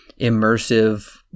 immersive